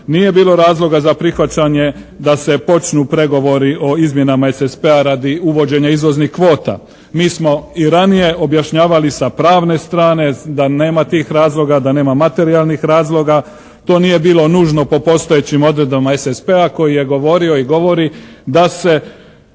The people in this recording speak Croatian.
nije bilo razloga za prihvaćanje da se počnu pregovori o izmjenama SSP-a radi uvođenja izvoznik kvota. Mi smo i ranije objašnjavali sa pravne strane da nema tih razloga, da nema materijalnih razloga, to nije bilo nužno po postojećim odredbama SSP-a koji je govorio i govori da se